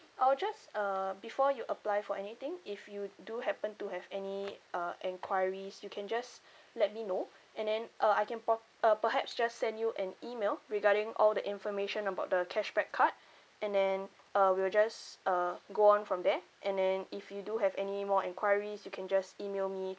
I'll just uh before you apply for anything if you do happen to have any uh enquiries you can just let me know and then uh I can per~ uh perhaps just send you an email regarding all the information about the cashback card and then uh we'll just uh go on from there and then if you do have any more enquiries you can just email me